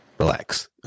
relax